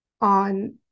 on